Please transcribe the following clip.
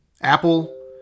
Apple